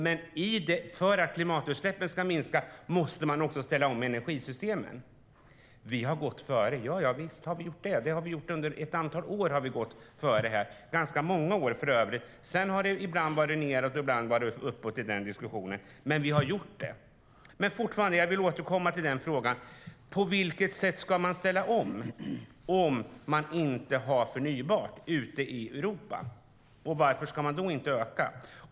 Men för att klimatutsläppen ska minska måste man också ställa om energisystemen. Visst har vi gått före. Det har vi gjort under ett antal år, ganska många år för övrigt. Sedan har det ibland varit nedåt och ibland uppåt i den diskussionen, men vi har gjort det. Men jag vill återkomma till frågan: På vilket sätt ska man ställa om ifall man inte har förnybart ute i Europa, och varför ska man då inte öka?